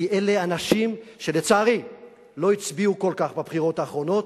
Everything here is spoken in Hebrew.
כי אלה אנשים שלצערי לא הצביעו כל כך בבחירות האחרונות,